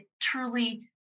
truly